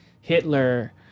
Hitler